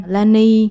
Lani